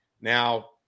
Now